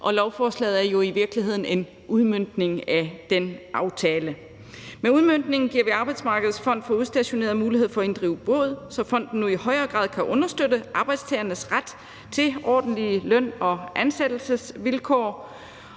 Lovforslaget er jo i virkeligheden en udmøntning af den aftale. Med udmøntningen giver vi Arbejdsmarkedets Fond for Udstationerede mulighed for at inddrive bod, så fonden nu i højere grad kan understøtte arbejdstagernes ret til ordentlige løn- og ansættelsesvilkår,